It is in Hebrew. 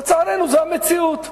לצערנו, זאת המציאות.